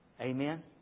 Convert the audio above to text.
Amen